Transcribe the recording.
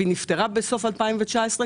והיא נפטרה בסוף 2019,